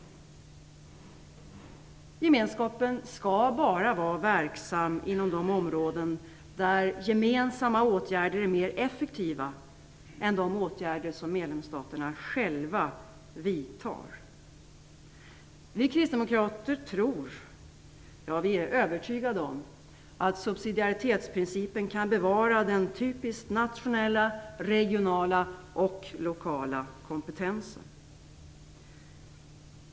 Gemenskapen skall bara vara verksam inom de områden där gemensamma åtgärder är mer effektiva än de åtgärder som medlemsstaterna själva vidtar. Vi kristdemokrater tror - ja, vi är övertygade om - att subsidiaritetsprincipen kan bevara den typiskt nationella, regionala och lokala kompetensen.